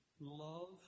love